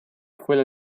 quella